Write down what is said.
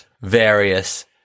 various